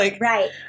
Right